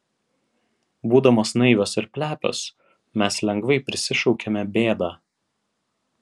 būdamos naivios ir plepios mes lengvai prisišaukiame bėdą